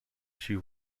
she